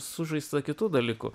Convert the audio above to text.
sužaista kitų dalykų